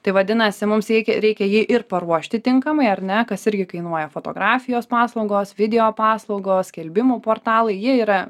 tai vadinasi mums reikia reikia jį ir paruošti tinkamai ar ne kas irgi kainuoja fotografijos paslaugos videopaslaugos skelbimų portalai jie yra